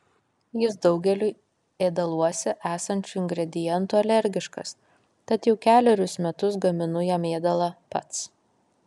jis daugeliui ėdaluose esančių ingredientų alergiškas tad jau kelerius metus gaminu jam ėdalą pats